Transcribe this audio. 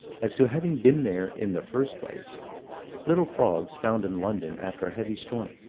as to having been there in the first place little frogs found in london, after a heavy storm,